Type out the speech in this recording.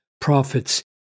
prophets